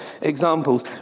examples